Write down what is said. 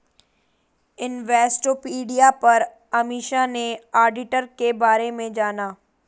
Investopedia पर अमीषा ने auditor के बारे में जाना